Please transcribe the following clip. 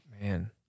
Man